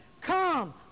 Come